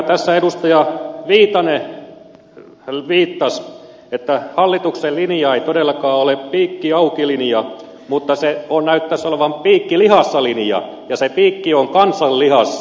tässä edustaja viitanen viittasi tähän että hallituksen linja ei todellakaan ole piikki auki linja mutta se näyttäisi olevan piikki lihassa linja ja se piikki on kansan lihassa